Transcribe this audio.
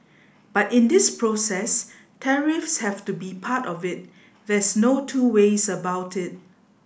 but in this process tariffs have to be part of it there's no two ways about it